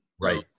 Right